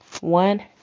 One